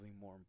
more